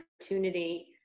opportunity